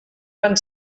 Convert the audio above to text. van